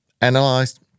analyzed